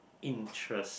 interest